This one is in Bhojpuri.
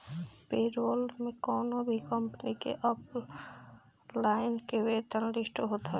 पेरोल में कवनो भी कंपनी के एम्प्लाई के वेतन लिस्ट होत बावे